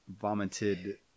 vomited